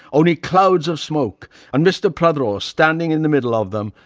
only clouds of smoke and mr. prothero standing in the middle of them,